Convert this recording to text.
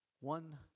one